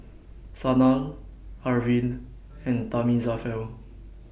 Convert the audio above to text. Sanal Arvind and Thamizhavel